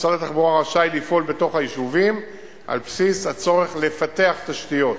משרד התחבורה רשאי לפעול בתוך היישובים על בסיס הצורך לפתח תשתיות.